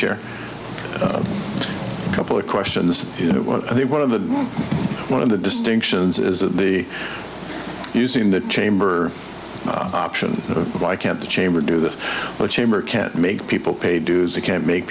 chair a couple of questions you know i think one of the one of the distinctions is that the using the chamber option why can't the chamber do this a chamber can't make people pay dues they can't make